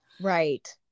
Right